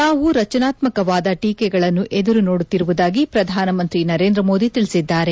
ತಾವು ರಚನಾತ್ಮಕವಾದ ಟೀಕೆಗಳನ್ನು ಎದಿರು ನೋಡುತ್ತಿರುವುದಾಗಿ ಪ್ರಧಾನಮಂತ್ರಿ ನರೇಂದ್ರ ಮೋದಿ ತಿಳಿಸಿದ್ದಾರೆ